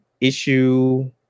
Issue